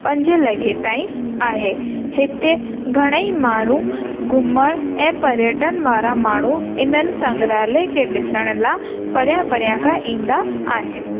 पंज लॻे ताईं आहे हिते घणेई माण्हू घुमणु ऐं पर्यटकनि वारा माण्हू इन्हनि संघ्रालय खे ॾिसण लाइ परियां परियां खां ईंदा आहिनि